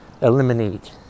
eliminate